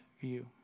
view